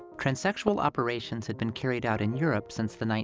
transsexual operations had been carried out in europe since the